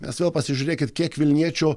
nes vėl pasižiūrėkit kiek vilniečių